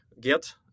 get